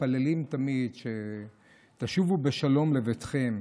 מתפללים תמיד שתשובו בשלום לביתכם,